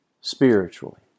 spiritually